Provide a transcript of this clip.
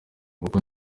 uku